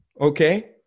okay